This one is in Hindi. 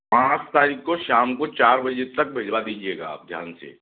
पाँच तारिख़ को शाम को चार बजे तक भिजवा दीजिएगा आप ध्यान से